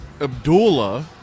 Abdullah